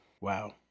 Wow